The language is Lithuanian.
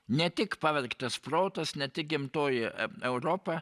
ne tik pavergtas protas ne tik gimtoji e europa